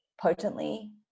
potently